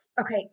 Okay